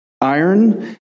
Iron